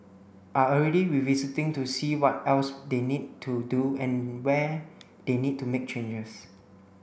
are already revisiting to see what else they need to do and where they need to make changes